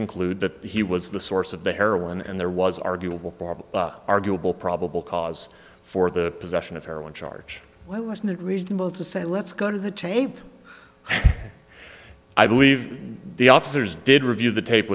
conclude that he was the source of the heroin and there was arguable possible arguable probable cause for the possession of heroin charge why wasn't it reasonable to say let's go to the tape i believe the officers did review the tape